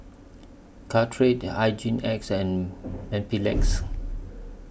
Caltrate Hygin X and and Mepilex